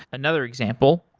another example,